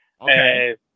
Okay